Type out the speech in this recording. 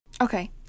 Okay